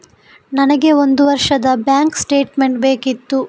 ನನಗೆ ಒಂದು ವರ್ಷದ ಬ್ಯಾಂಕ್ ಸ್ಟೇಟ್ಮೆಂಟ್ ಬೇಕಿತ್ತು